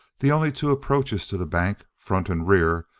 the only two approaches to the bank, front and rear,